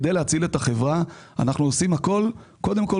כדי להציל את החברה אנחנו עושים הכול קודם כול